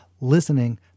Listening